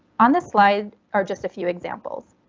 on the slide are just a few examples.